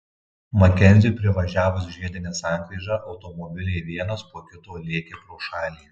makenziui privažiavus žiedinę sankryžą automobiliai vienas po kito lėkė pro šalį